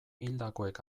hildakoek